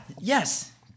yes